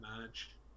match